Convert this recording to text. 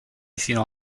sino